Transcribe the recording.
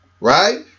Right